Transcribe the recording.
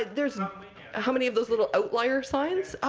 there's how many of those little outlier signs?